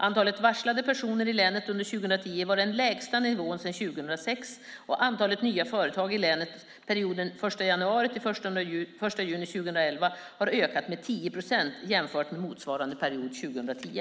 Antalet varslade personer i länet under 2010 var på den lägsta nivån sedan 2006, och antalet nya företag i länet har ökat med ca 10 procent under perioden den 1 januari till den 1 juni 2011 jämfört med motsvarande period 2010.